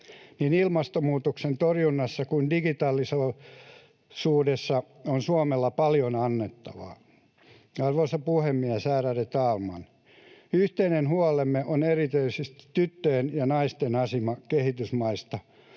Niin ilmastonmuutoksen torjunnassa kuin digitaalisuudessa on Suomella paljon annettavaa. Arvoisa puhemies, ärade talman! Yhteinen huolemme on erityisesti tyttöjen ja naisten asema kehitysmaissa,